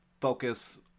focus